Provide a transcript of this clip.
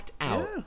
out